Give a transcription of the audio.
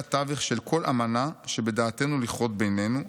התווך של כל אמנה שבדעתנו לכרות בינינו,